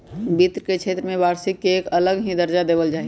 वित्त के क्षेत्र में वार्षिक के एक अलग ही दर्जा देवल जा हई